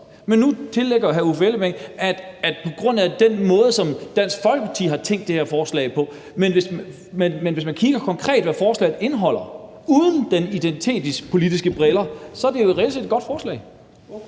men nu tillægger hr. Uffe Elbæk det, at det er på grund af den måde, Dansk Folkeparti har tænkt det her forslag på. Men hvis man kigger konkret på, hvad forslaget indeholder, uden identitetspolitiske briller, så er det jo et relativt godt forslag.